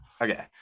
Okay